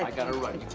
like gotta run,